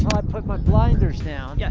i put my blinders down, yeah